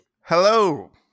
Hello